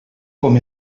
com